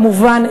כמובן,